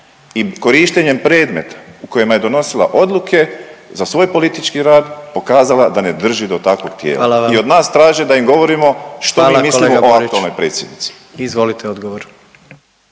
i korištenjem predmeta u kojima je donosila odluka za svoj politički rad pokazala da ne drži do takvog tijela .../Upadica: Hvala vam./... i od nas traže da im govorimo što mi mislimo o aktualnoj predsjednici.